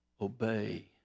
obey